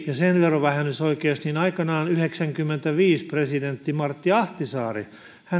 ja sen verovähennysoikeudesta aikanaan vuonna yhdeksänkymmentäviisi presidentti martti ahtisaaren